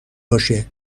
باشه